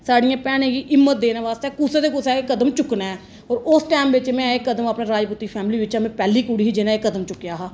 साढ़ियें भैनें गी हिम्मत देने आस्तै कुसे ते कुसे कदम चुक्कना ऐ और उस टैंम बिच में एह् कदम अपनी राजपूती फैंमली च में पैहली कुड़ी ही जिन्नै एह् कदम चुक्केआ हा